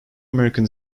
american